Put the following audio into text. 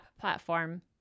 platform